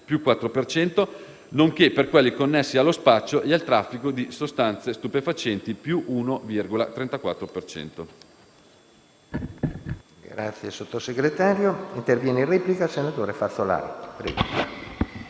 cento), nonché per quelli connessi allo spaccio e al traffico di sostanze stupefacenti (più 1,34